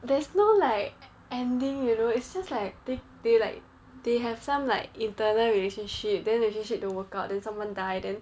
there's no like ending you know it's just like they they like they have some like internal relationship then relationship don't work out then someone die then